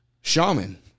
shaman